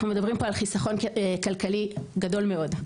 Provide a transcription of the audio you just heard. אנחנו מדברים פה על חסכון כלכלי גדול מאוד.